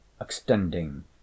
extending